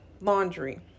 laundry